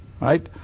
Right